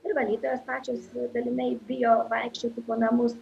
ir valytojos pačios dalinai bijo vaikščioti po namus